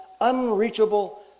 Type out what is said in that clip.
unreachable